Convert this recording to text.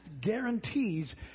guarantees